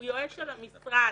הוא יועץ של המשרד.